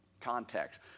context